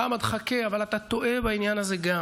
חמד, חכה, אתה טועה גם בעניין הזה.